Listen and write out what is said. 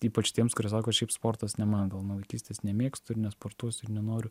ypač tiems kurie sako šiaip sportas nemano gal nuo vaikystės nemėgstu ir nesportuosiu ir nenoriu